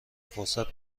فرصت